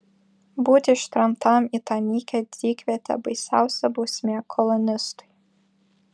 būti ištremtam į tą nykią dykvietę baisiausia bausmė kolonistui